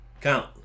count